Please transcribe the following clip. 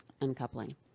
uncoupling